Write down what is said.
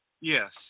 yes